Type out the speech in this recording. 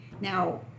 Now